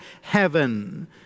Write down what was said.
heaven